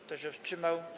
Kto się wstrzymał?